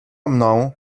mną